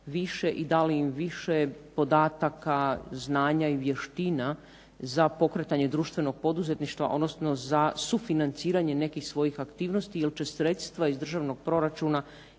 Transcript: i dali im više podataka, znanja i vještina za pokretanje društvenog poduzetništva odnosno za sufinanciranje nekih svojih aktivnosti jer će sredstva iz državnog proračuna